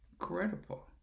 Incredible